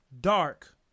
dark